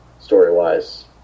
story-wise